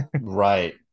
Right